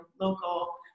local